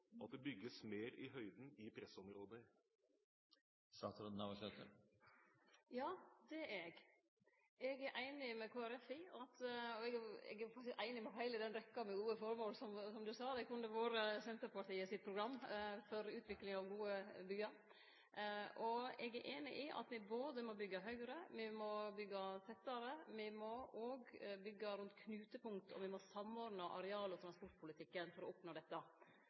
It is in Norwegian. at det bygges mer i høyden i pressområder? Ja, det er eg. Eg er einig med Kristeleg Folkeparti i heile den rekkja med gode formål som vart nemnd – det kunne ha vore Senterpartiet sitt program for utvikling av gode byar – og eg er einig i at me må byggje både høgare og tettare. Me må òg byggje rundt knutepunkt, og me må samordne areal- og transportpolitikken for å oppnå dette.